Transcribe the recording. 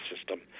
system